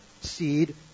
seed